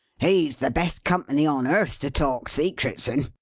he's the best company on earth, to talk secrets in,